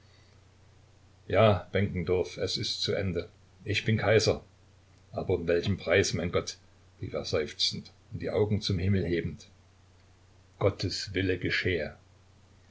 ja benkendorf es ist zu ende ich bin kaiser aber um welchen preis mein gott rief er seufzend und die augen zum himmel hebend gottes wille geschehe